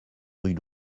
rue